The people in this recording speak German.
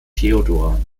theodor